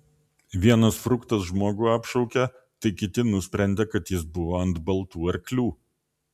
vienas fruktas žmogų apšaukė tai kiti nusprendė kad jis buvo ant baltų arklių